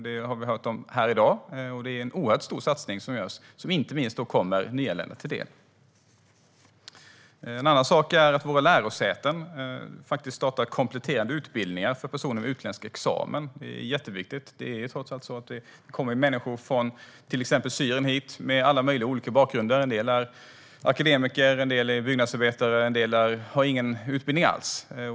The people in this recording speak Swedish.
Det har vi hört om här i dag, och det är en stor satsning som inte minst kommer nyanlända till del. En annan sak är att våra lärosäten startar kompletterande utbildningar för personer med utländsk examen; det är jätteviktigt. Det är trots allt så att det kommer människor från till exempel Syrien hit med alla möjliga olika bakgrunder. En del är akademiker, en del är byggnadsarbetare, en del har ingen utbildning alls.